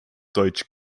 deutsch